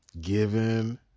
Given